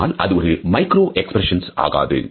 ஆனால் அது micro expressions ஆகாது